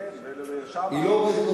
כן, ושמה, היא לא הורסת.